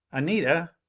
anita!